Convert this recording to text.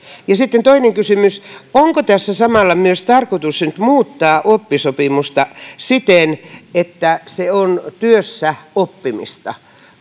sitten toinen kysymys onko tässä samalla myös tarkoitus nyt muuttaa oppisopimusta siten että se on työssäoppimista